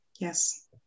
yes